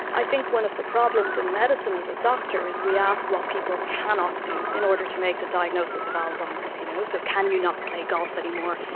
i think one of the problems in medicine as a doctor is we ask what people cannot do in order to make the diagnosis of alzheimer's. you know so can you not play golf anymore,